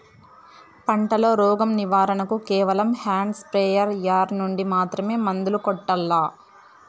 పంట లో, రోగం నివారణ కు కేవలం హ్యాండ్ స్ప్రేయార్ యార్ నుండి మాత్రమే మందులు కొట్టల్లా?